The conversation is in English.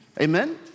Amen